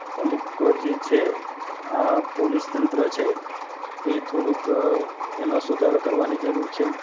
અમુક જે છે આ પોલીસ તંત્ર છે એ થોડુંક એમાં સુધારો કરવાની જરૂર છે